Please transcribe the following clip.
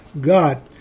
God